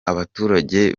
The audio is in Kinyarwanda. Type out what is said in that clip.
abaturage